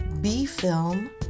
B-Film